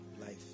Life